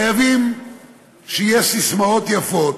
חייבים שיהיו ססמאות יפות: